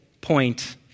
point